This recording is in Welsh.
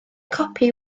copi